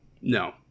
No